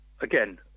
again